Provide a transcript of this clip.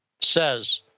says